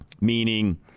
meaning